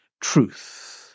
truth